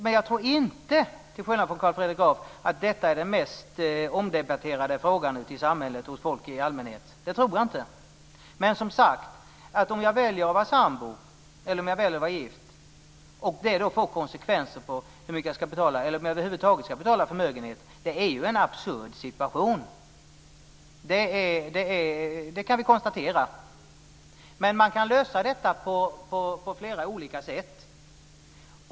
Men jag tror inte - till skillnad från Carl Fredrik Graf - att detta är den mest omdebatterade frågan ute i samhället bland folk i allmänhet. Men, som sagt, det är absurt att det ska få konsekvenser för hur mycket jag ska betala i förmögenhetsskatt om jag väljer att vara sambo eller om jag väljer att vara gift. Men man kan lösa detta på flera olika sätt.